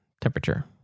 temperature